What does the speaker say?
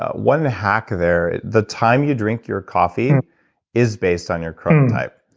ah when the hack there, the time you drink your coffee is based on your chronotype,